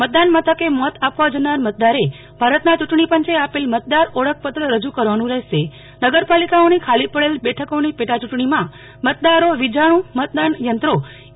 મતદાન મથકે મત આપવા જનાર મતદારે ભારતના ચુંટણી પંચે આપેલ મતદાર ઓળખપત્ર રજુ કરવાનું રહેશે નગરપાલિકાઓની ખાલી પડેલ બેઠકોની પેટા યુંટણીમાં મતદારો વીજાણું મતદાનયંત્રોઈ